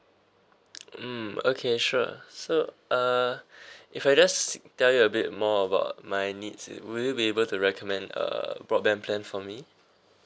mm okay sure so uh if I just tell you a bit more about my needs will you be able to recommend a broadband plan for me